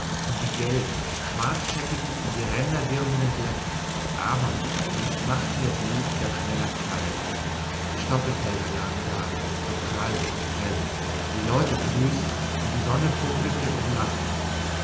und die gelben schwarzscheckigen um die räder wirbelnden blätter der ahornbäume machten ihr blut wieder schneller kreisen die stoppelfelder lagen da so prall und grell die leute grüßten und die sonne funkelte und lachte